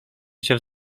się